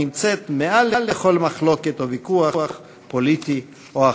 הנמצאת מעל לכל מחלוקת או ויכוח, פוליטי או אחר.